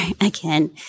again